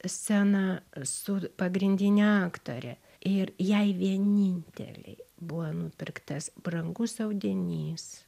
sceną su pagrindine aktore ir jai vienintelei buvo nupirktas brangus audinys